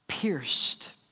Pierced